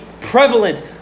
prevalent